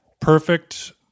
perfect